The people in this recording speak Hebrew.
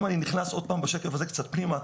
אם אני נכנס לשקף הזה קצת פנימה,